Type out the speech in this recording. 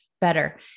better